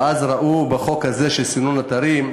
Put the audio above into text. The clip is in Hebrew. ואז ראו בחוק הזה, של סינון אתרים,